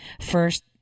First